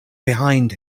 behind